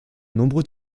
nombreux